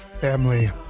family